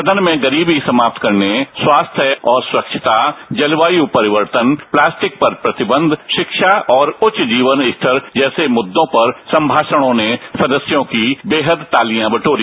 सदन में गरीबी समाप्त करने स्वास्थ्य और स्वच्छता जलवाय परिवर्तन प्लास्टिक पर प्रतिबंध शिक्षा और उच्च जीवन स्तर जैसे मुद्दों पर संभाषणों ने सदस्यों की बेहद तालियां बटोरी